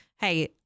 hey